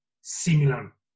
similar